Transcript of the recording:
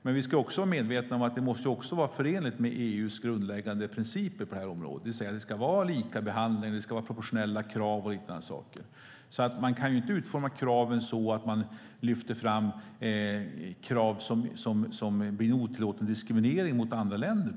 Men vi måste också vara medvetna om att det måste vara förenligt med EU:s grundläggande principer på området. Det ska alltså vara likabehandling, proportionella krav och liknande saker. Man kan inte utforma kraven så att man lyfter fram krav som blir en otillåten diskriminering mot andra länder.